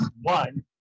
one